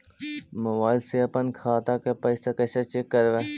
Mobile से अपन खाता के पैसा कैसे चेक करबई?